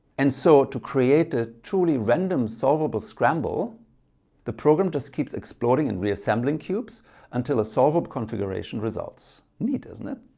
and so to create a truly random solvable scramble the program just keeps exploding and reassembling cubes until a solvable configuration results. neat isn't it?